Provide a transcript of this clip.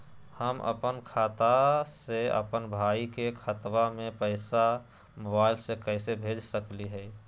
हम अपन खाता से अपन भाई के खतवा में पैसा मोबाईल से कैसे भेज सकली हई?